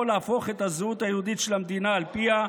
להפוך את הזהות היהודית של המדינה על פיה,